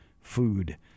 food